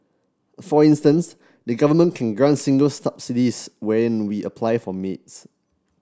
for instance the Government can grant singles subsidies when we apply for maids